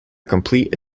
complete